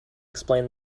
explain